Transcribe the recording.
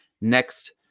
next